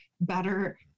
better